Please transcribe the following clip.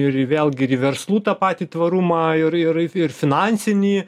ir į vėlgi ir į verslų tą patį tvarumą ir ir ir finansinį